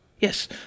Yes